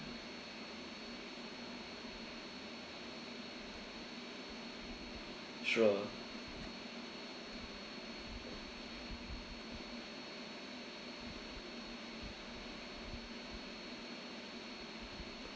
sure